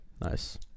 Nice